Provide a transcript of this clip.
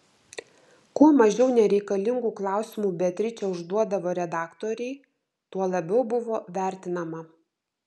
kuo mažiau nereikalingų klausimų beatričė užduodavo redaktorei tuo labiau buvo vertinama